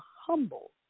humble